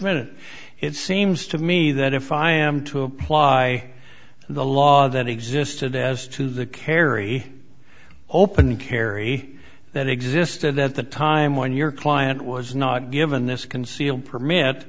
minute it seems to me that if i am to apply the law that existed as to the carry open carry that existed at the time when your client was not given this concealed permit